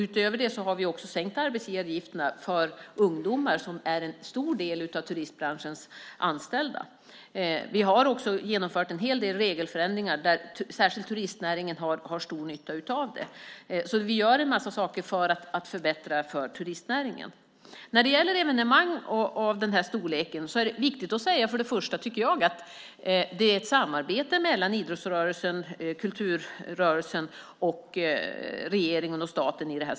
Utöver det har vi sänkt arbetsgivaravgifterna för ungdomar som är en stor del av turistbranschens anställda. Vi har också genomfört en hel del regelförändringar som särskilt turistnäringen har stor nytta av. Vi gör alltså en massa saker för att förbättra för turistnäringen. När det gäller evenemang av denna storlek är det viktigt att säga att det är ett samarbete mellan idrottsrörelsen, kulturrörelsen, regeringen och staten.